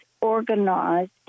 organized